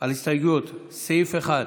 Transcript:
על הסתייגויות מסעיף 1